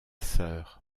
sœur